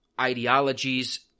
ideologies